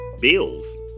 Bills